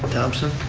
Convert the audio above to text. thomson.